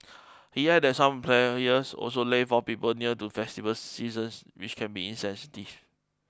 he added that some employers also lay off people near to festive seasons which can be insensitive